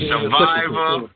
Survivor